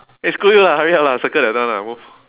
eh screw you lah hurry up lah circle that one lah move